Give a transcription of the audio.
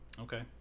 okay